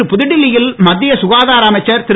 நேற்று புதுடெல்லியில் மத்திய சுகாதார அமைச்சர் திரு